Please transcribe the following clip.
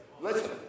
Listen